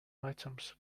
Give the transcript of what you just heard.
items